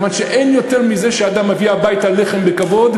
כי אין יותר מזה שאדם מביא הביתה לחם בכבוד,